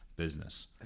business